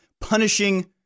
punishing